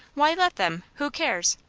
why, let them who cares?